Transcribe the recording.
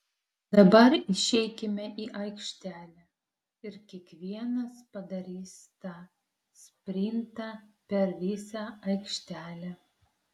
dabar išeikime į aikštelę ir kiekvienas padarys tą sprintą per visą aikštelę